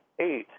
eight